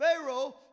Pharaoh